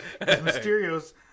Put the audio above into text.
Mysterio's